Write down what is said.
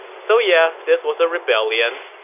so yeah, this was rebellion.